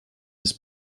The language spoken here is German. des